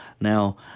Now